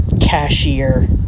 cashier